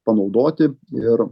panaudoti ir